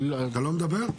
אתה לא מדבר?